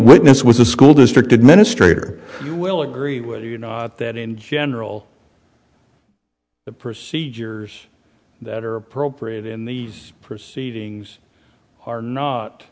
witness was a school district administrator who will agree with you not that in general the procedures that are appropriate in these proceedings are not